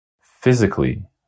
physically